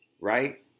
right